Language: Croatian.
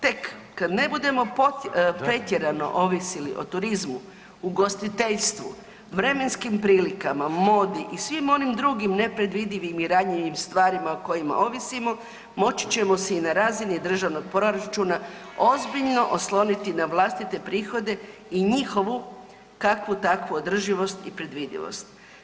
Tek kada ne budemo pretjerano ovisili o turizmu, ugostiteljstvu, vremenskim prilikama, modi i svim onim drugim nepredvidivim i ranjivim stvarima o kojima ovisimo moći ćemo si i na razini državnog proračuna ozbiljno osloniti na vlastite prihode i njihovu kakvu takvu održivost i predvidivost.